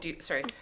sorry